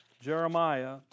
Jeremiah